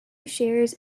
shares